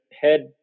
head